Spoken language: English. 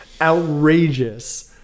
outrageous